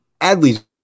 Adley's